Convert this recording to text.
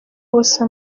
hose